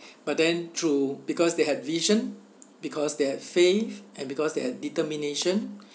but then through because they had vision because they had faith and because they had determination